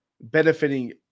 benefiting